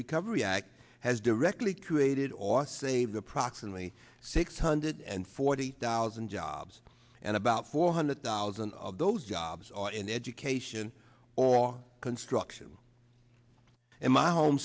recovery act has directly created or saved approximately six hundred and forty thousand jobs and about four hundred thousand of those jobs are in education or construction in my home